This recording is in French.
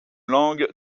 langue